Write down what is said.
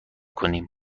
کنیم